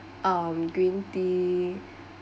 um green tea